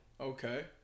Okay